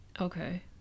Okay